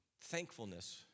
thankfulness